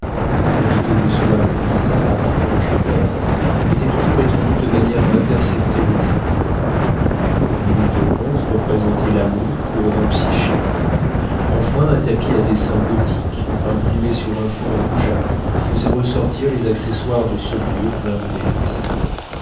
les rideaux de soie grise à franges vertes étaient toujours étendus de manière à intercepter le jour une pendule de bronze représentait l'amour couronnant psyché enfin un tapis à dessins gothiques imprimés sur un fond rougeâtre faisait ressortir les accessoires de ce lieu plein de délices